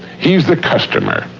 he's the customer.